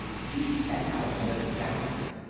she set out on a gallop.